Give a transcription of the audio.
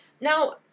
now